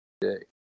today